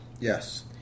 Yes